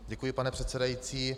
Děkuji, pane předsedající.